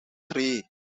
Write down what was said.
three